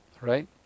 Right